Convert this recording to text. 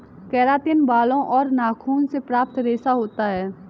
keratin बालों और नाखूनों से प्राप्त रेशा होता है